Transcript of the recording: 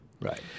Right